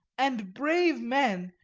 and brave men,